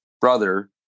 brother